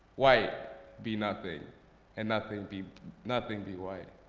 white be nothing and nothing be nothing be white.